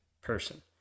person